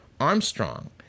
Armstrong